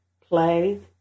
play